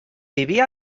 vivia